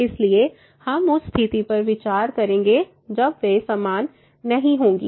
इसलिए हम उस स्थिति पर विचार करेंगे जब वे समान नहीं होंगे